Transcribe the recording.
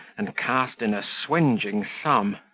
and cast in a swinging sum.